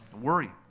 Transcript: worry